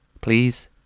Please